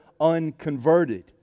unconverted